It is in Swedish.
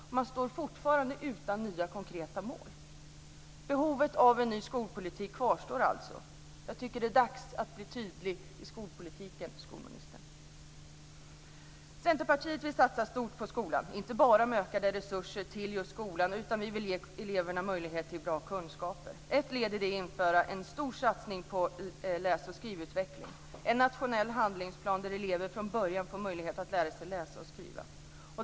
Fortfarande står man utan nya konkreta mål. Behovet av en ny skolpolitik kvarstår alltså. Jag tycker att det är dags att bli tydlig i skolpolitiken, skolministern! Vi i Centerpartiet vill satsa stort på skolan - inte bara med ökade resurser till just skolan, utan vi vill ge eleverna möjlighet till bra kunskaper. Ett led där är att införa en stor satsning på läs och skrivutveckling, en nationell handlingsplan där elever från början får möjlighet att lära sig läsa och skriva.